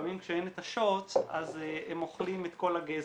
לפעמים כשאין את השוט הם אוכלים את כל הגזר.